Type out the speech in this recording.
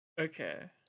Okay